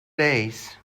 days